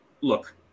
Look